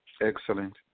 Excellent